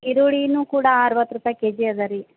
ಈರುಳ್ಳಿಯೂ ಕೂಡ ಅರವತ್ತು ರೂಪಾಯಿ ಕೆಜಿ ಅದೆ ರೀ